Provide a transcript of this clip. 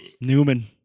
Newman